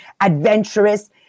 adventurous